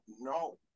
No